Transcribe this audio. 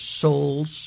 soul's